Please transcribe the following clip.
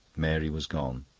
mary was gone.